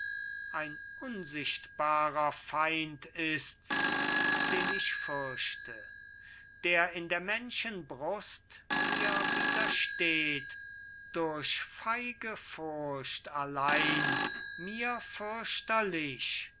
ein unsichtbarer feind ists den ich fürchte der in der menschen brust mir widersteht durch feige furcht allein mir fürchterlich